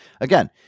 again